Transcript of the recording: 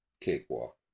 cakewalk